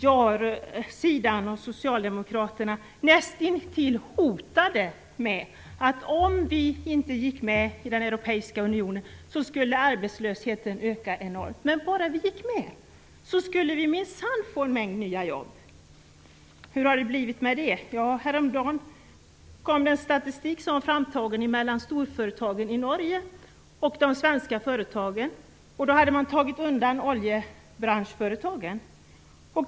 Ja-sidan och socialdemokraterna näst intill hotade med att om vi inte gick med i den europeiska unionen skulle arbetslösheten öka enormt, men bara vi gick med skulle vi minsann få en mängd nya jobb. Hur har det blivit med det? Häromdagen kom statistik över storföretag i Norge och över svenska företag. Man hade undantagit oljebranschföretagen.